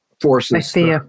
forces